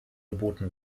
geboten